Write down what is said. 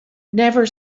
never